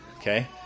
Okay